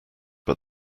but